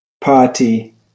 party